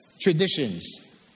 traditions